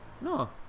No